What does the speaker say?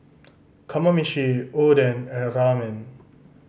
Kamameshi Oden and Ramen